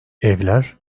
evler